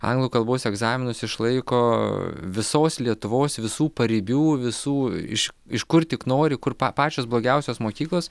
anglų kalbos egzaminus išlaiko visos lietuvos visų paribių visų iš iš kur tik nori kur pa pačios blogiausios mokyklos